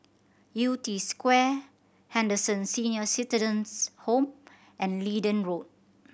Yew Tee Square Henderson Senior Citizens' Home and Leedon Road